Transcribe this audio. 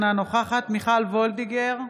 אינה נוכחת מיכל וולדיגר,